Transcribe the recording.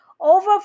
Over